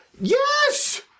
yes